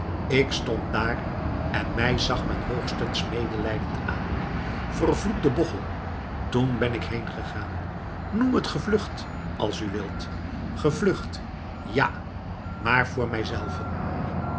ik stond daar en mij zag men hoogstens meelijdend aan vervloekte bochel toen ben ik heengegaan noem het gevlucht als u wilt gevlucht ja maar voor mijzelven